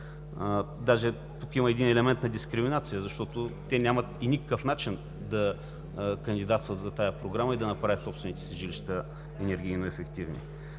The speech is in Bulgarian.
Даже тук има елемент на дискриминация, защото те нямат и никакъв начин да кандидатстват за тази програма и да направят собствените си жилища енергийно ефективни.